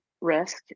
risk